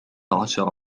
عشر